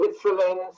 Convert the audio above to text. Switzerland